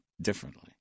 differently